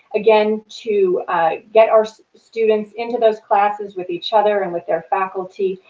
again to get our students into those classes with each other and with their faculty,